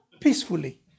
Peacefully